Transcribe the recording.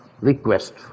request